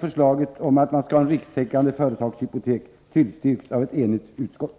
— förslaget om att man skall ha ett rikstäckande företagshypotek — godtas av ett enigt utskott.